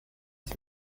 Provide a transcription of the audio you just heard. ces